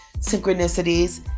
synchronicities